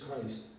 Christ